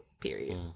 Period